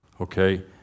Okay